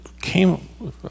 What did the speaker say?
came